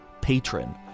patron